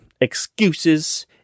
Excuses